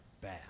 bad